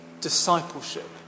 discipleship